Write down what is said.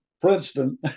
Princeton